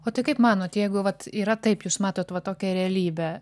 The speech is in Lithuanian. o tai kaip manot jeigu vat yra taip jūs matot va tokią realybę